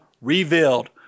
revealed